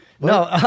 No